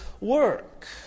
work